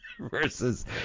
versus